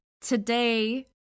today